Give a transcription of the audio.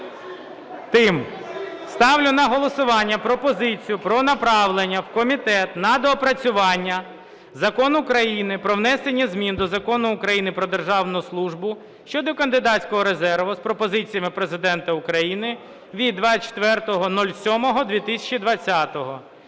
Ставлю на голосування пропозицію про направлення в комітет на доопрацювання Закон України "Про внесення змін до Закону України "Про державну службу" щодо кандидатського резерву" з пропозиціями Президента України від 24.07.2020